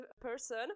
person